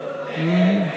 כהצעת הוועדה, נתקבל.